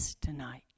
tonight